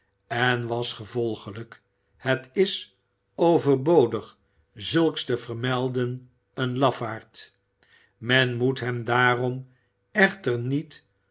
en was gevolglijk het is overbodig zulks te vermelden een lafaard men moet hem daarom echter niet